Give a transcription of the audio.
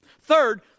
Third